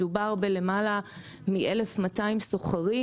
מדובר בלמעלה מ-1200 סוחרים,